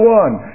one